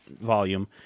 volume